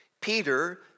Peter